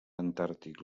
antàrtic